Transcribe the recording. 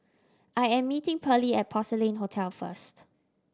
I am meeting Pearlie at Porcelain Hotel first